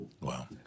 Wow